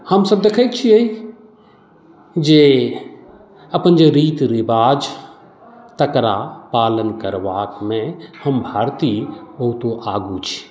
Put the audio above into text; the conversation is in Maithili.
हमसब देखैत छियै जे अपन जे रीत रिवाज तकरा पालन करबामे हम भारतीय बहुतो आगू छी